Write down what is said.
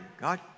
God